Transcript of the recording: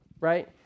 right